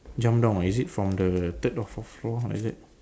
jump down oh is it from the third or fourth floor is it